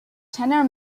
tenor